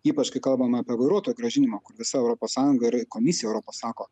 ypač kai kalbam apie vairuotojų grąžinimą kur visa europos sąjunga ir komisija europos sako